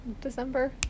December